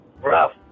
Rough